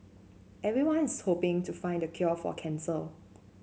everyone's hoping to find the cure for cancer